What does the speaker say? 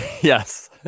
Yes